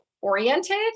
Oriented